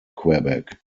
quebec